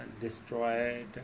destroyed